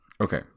Okay